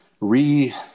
re